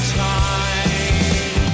time